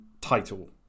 title